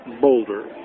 Boulder